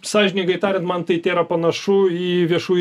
sąžiningai tariant man tai tėra panašu į viešųjų